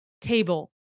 table